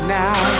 now